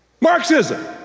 Marxism